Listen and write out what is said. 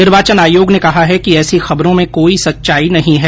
निर्वाचन आयोग ने कहा है कि ऐसी खबरों में कोई सच्चाई नहीं है